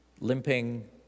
limping